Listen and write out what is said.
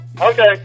Okay